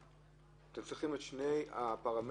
אתם צריכים את שני הפרמטרים?